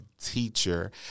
teacher